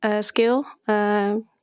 skill